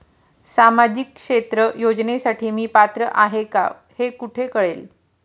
सामाजिक क्षेत्र योजनेसाठी मी पात्र आहे का हे कुठे कळेल?